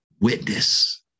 witness